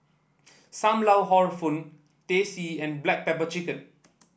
Sam Lau Hor Fun Teh C and Black Pepper Chicken